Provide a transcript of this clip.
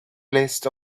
list